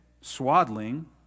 swaddling